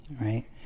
Right